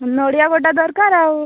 ନଡ଼ିଆ ଗୋଟେ ଦରକାର ଆଉ